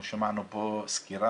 אנחנו שמענו פה סקירה.